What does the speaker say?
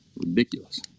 ridiculous